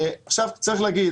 צריך להגיד,